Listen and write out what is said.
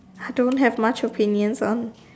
I don't have much opinions on